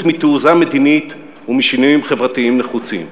מתעוזה מדינית ומשינויים חברתיים נחוצים.